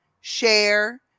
share